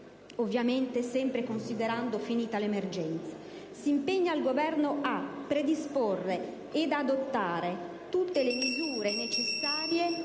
ovviamente sempre considerando finita l'emergenza: «si impegna il Governo a: predisporre ed adottare tutte le misure necessarie